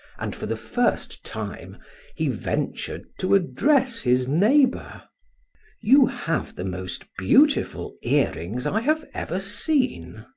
and for the first time he ventured to address his neighbor you have the most beautiful earrings i have ever seen.